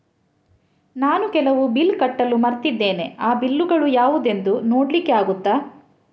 ನಾನು ಕೆಲವು ಬಿಲ್ ಕಟ್ಟಲು ಮರ್ತಿದ್ದೇನೆ, ಆ ಬಿಲ್ಲುಗಳು ಯಾವುದೆಂದು ನೋಡ್ಲಿಕ್ಕೆ ಆಗುತ್ತಾ?